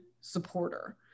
supporter